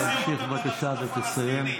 בבקשה תסיים.